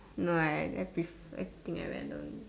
my left piece I think I random